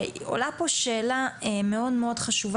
עולה פה שאלה מאוד,